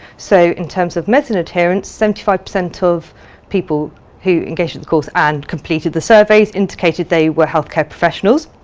so in terms of medicines adherence seventy five percent of people who engaged with the course and completed the surveys indicated they were healthcare professionals,